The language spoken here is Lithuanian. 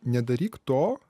nedaryk to